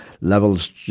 levels